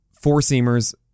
four-seamers